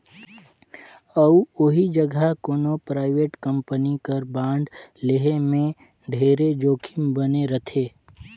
अउ ओही जघा कोनो परइवेट कंपनी के बांड लेहे में ढेरे जोखिम बने रथे